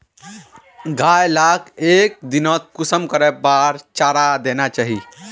गाय लाक एक दिनोत कुंसम करे बार चारा देना चही?